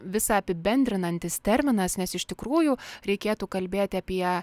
visa apibendrinantis terminas nes iš tikrųjų reikėtų kalbėti apie